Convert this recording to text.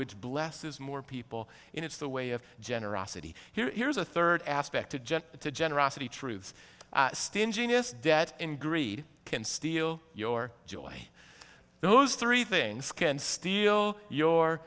which blesses more people and it's the way of generosity here's a third aspect agenda to generosity truth stinginess debt and greed can steal your joy those three things can steal your